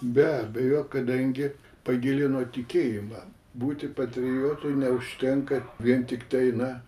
be abejo kadangi pagilino tikėjimą būti patriotu neužtenka vien tiktai na